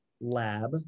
Lab